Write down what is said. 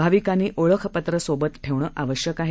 भाविकांनीओळखपत्रसोबतठेवणंआवश्यकआहे